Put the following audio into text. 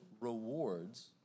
rewards